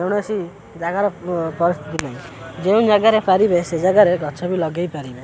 କୌଣସି ଜାଗାର ପରିସ୍ଥିତି ନାହିଁ ଯେଉଁ ଜାଗାରେ ପାରିବେ ସେ ଜାଗାରେ ଗଛ ବି ଲଗାଇପାରିବେ